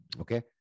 okay